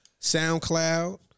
SoundCloud